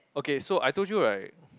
okay so I told you right